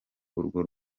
urwo